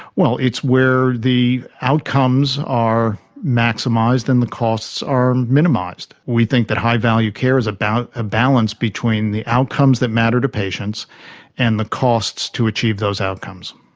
well, it's where the outcomes are maximised and the costs are minimised. we think that high-value care is about a balance between the outcomes that matter to patients and the costs to achieve those outcomes.